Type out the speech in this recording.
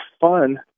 fun